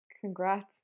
congrats